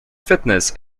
fitness